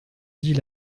dit